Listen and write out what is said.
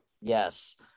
Yes